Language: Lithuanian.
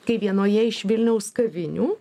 kai vienoje iš vilniaus kavinių